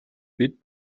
бид